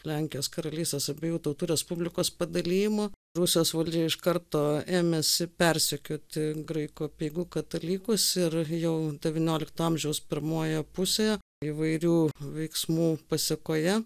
lenkijos karalystės abiejų tautų respublikos padalijimo rusijos valdžia iš karto ėmėsi persekioti graikų apeigų katalikus ir jau devyniolikto amžiaus pirmoje pusėje įvairių veiksmų pasekoje